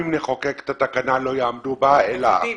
בחרת יפה במובן הזה שהוא לאו דווקא -- בחר לי את זה הדובר,